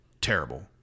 Terrible